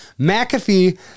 McAfee